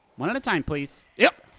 one at a time, please. yup.